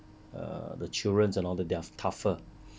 err the children and all the they are tougher